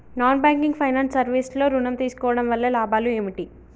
Non banking finance service లో ఋణం తీసుకోవడం వల్ల లాభాలు ఏమిటి?